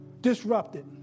disrupted